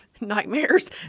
nightmares